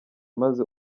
maze